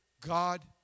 God